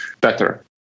better